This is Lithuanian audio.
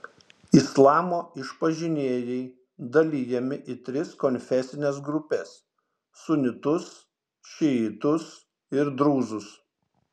islamo išpažinėjai dalijami į tris konfesines grupes sunitus šiitus ir drūzus